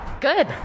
Good